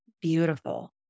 beautiful